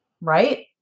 Right